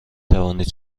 توانید